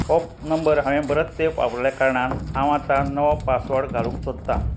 हो नंबर हांवें बरोच तेंप वाापरल्या कारणान हांव आतां नवो पासवड घालूंक सोदतां